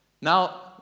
Now